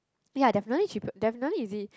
ya definitely cheaper definitely easy